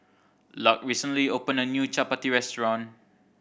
Lark recently opened a new Chapati restaurant